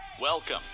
Welcome